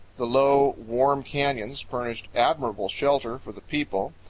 the low, warm canyons furnished admirable shelter for the people,